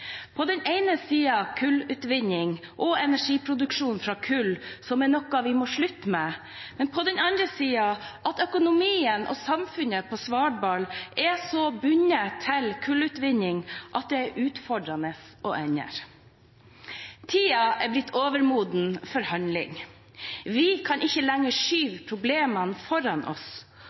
på den ene siden kullutvinning og energiproduksjon fra kull, som er noe vi må slutte med, og på den andre siden at økonomien og samfunnet på Svalbard er så bundet til kullutvinning at det er utfordrende å endre. Tiden for handling er blitt overmoden. Vi kan ikke lenger skyve problemene foran oss.